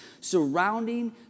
surrounding